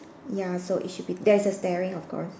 ya so it should be there's a of course